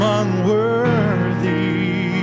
unworthy